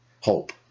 hope